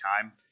time